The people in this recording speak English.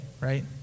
right